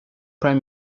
prime